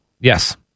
Yes